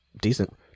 Decent